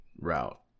route